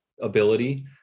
ability